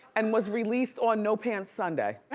and was released on no-pants sunday.